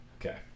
okay